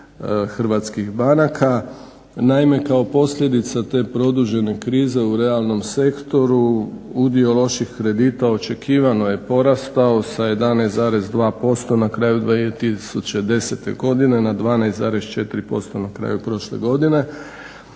hrvatskih banaka. Naime, kao posljedica te produžene krize u realnom sektoru udio loših kredita očekivano je porastao sa 11,2% na kraju 2010. godine na 12,4% na kraju prošle godine,